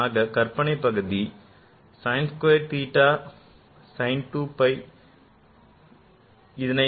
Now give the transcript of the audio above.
ஆக கற்பனைப் பகுதி sin squared theta sin 2 phi